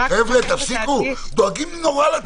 חבר'ה, דואגים נורא לציבור.